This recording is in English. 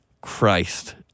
Christ